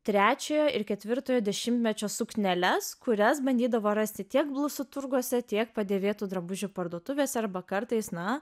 trečiojo ir ketvirtojo dešimtmečio sukneles kurias bandydavo rasti tiek blusų turguose tiek padėvėtų drabužių parduotuvėse arba kartais na